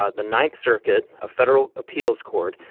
ah the ninth circuit, a federal appeals court,